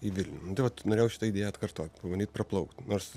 į vilnių nu tai vat norėjau šitą idėją atkartot bandyt praplaukt nors